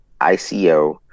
ICO